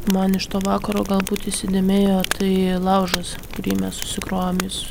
man iš to vakaro galbūt įsidėmėjo tai laužas kurį mes susikrovėm jis